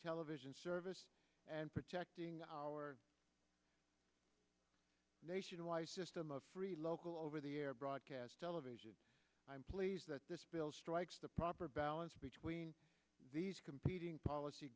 television service and protecting our nationwide system of free local over the air broadcast television i'm pleased that this bill strikes the proper balance between these competing policy